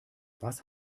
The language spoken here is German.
was